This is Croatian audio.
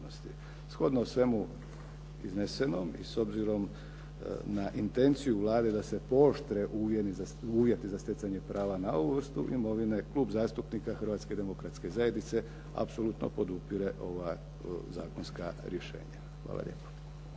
Shodno svemu iznesenom i s obzirom na intenciju Vlade da se pooštre uvjeti za stjecanje prava na ovu vrstu imovine, Klub zastupnika Hrvatske demokratske zajednice apsolutno podupire ova zakonska rješenja. Hvala lijepo.